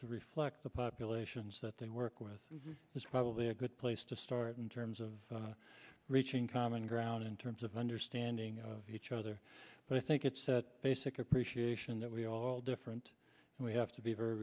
to reflect the populations that they work with this is probably a good place to start in terms of reaching common ground in terms of understanding each other but i think it's basic appreciation that we are all different and we have to be very